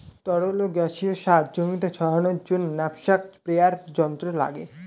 তরল ও গ্যাসীয় সার জমিতে ছড়ানোর জন্য ন্যাপস্যাক স্প্রেয়ার যন্ত্র লাগে